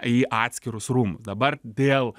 į atskirus rūmus dabar dėl